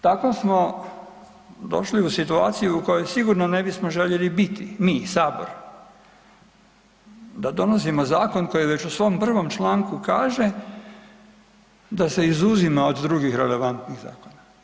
Tako smo došli u situaciju u kojoj sigurno ne bismo željeli biti mi, sabor, da donosimo zakon koji već u svom prvom članku kaže da se izuzima od drugih relevantnih zakona.